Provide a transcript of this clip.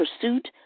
pursuit